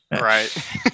Right